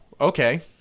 okay